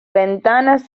ventanas